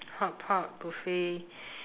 hotpot buffet